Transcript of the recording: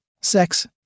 Sex